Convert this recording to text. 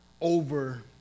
over